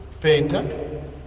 painter